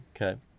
Okay